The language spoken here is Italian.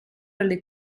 dalle